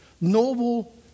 Noble